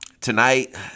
tonight